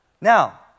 Now